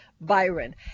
Byron